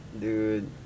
Dude